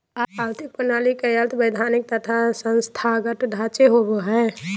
आर्थिक प्रणाली के अर्थ वैधानिक तथा संस्थागत ढांचे होवो हइ